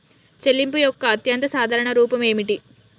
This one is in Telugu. చెల్లింపు యొక్క అత్యంత సాధారణ రూపం ఏమిటి?